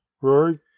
Rory